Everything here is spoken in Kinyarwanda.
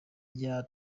tugiye